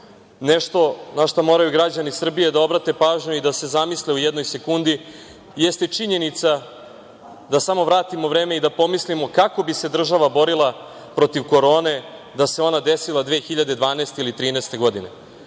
na šta moraju građani Srbije da obrate pažnju i da se zamisle u jednoj sekundi jeste i činjenica da samo vratimo vreme i da pomislimo kako bi se država borila protiv korone da se ona desila 2012. godine ili 2013. godine?